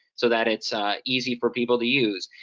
so that it's easy for people to use.